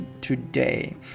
today